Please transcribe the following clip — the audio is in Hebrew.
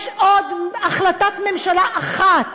יש עוד החלטת ממשלה אחת